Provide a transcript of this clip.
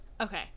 Okay